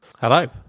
Hello